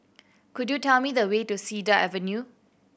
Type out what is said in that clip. could you tell me the way to Cedar Avenue